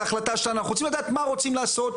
רוצים לדעת מה רוצים לעשות,